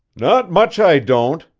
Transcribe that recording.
not much, i don't!